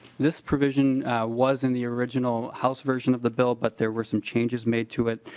this provision was in the original house version of the bill but there were some changes made to it.